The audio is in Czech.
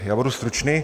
Já budu stručný.